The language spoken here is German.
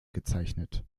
gezeichnet